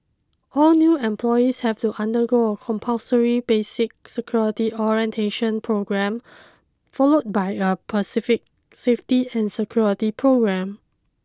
all new employees have to undergo a compulsory basic security orientation programme followed by a specific safety and security programme